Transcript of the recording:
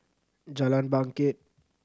Jalan Bangket